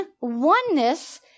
oneness